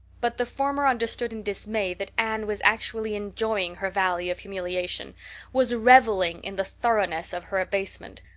but the former under-stood in dismay that anne was actually enjoying her valley of humiliation was reveling in the thoroughness of her abasement.